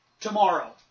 tomorrow